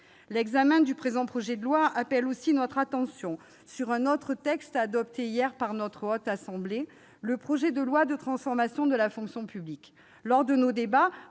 L'examen du présent projet de loi appelle aussi notre attention sur un autre texte adopté hier par la Haute Assemblée : le projet de loi de transformation de la fonction publique. Lors de nos débats,